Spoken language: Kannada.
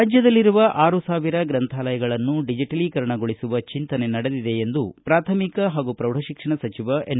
ರಾಜ್ಯದಲ್ಲಿರುವ ಆರು ಸಾವಿರ ಗ್ರಂಥಾಲಯಗಳನ್ನು ಡಿಜಿಟಲೀಕರಣಗೊಳಿಸುವ ಚಿಂತನೆ ನಡೆದಿದೆ ಎಂದು ಪ್ರಾಥಮಿಕ ಹಾಗೂ ಪ್ರೌಢಶಿಕ್ಷಣ ಸಚಿವ ಎನ್